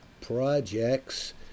projects